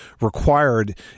required